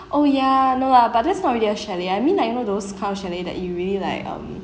oh ya no lah but that's not really a chalet I mean like you know those kind of chalet that you really like um